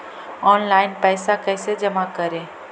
Online पैसा कैसे जमा करे?